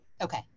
Okay